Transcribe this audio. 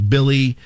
Billy